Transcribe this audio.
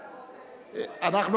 הסטודנטים?